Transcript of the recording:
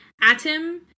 Atom